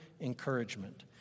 encouragement